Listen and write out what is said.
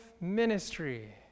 ministry